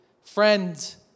friends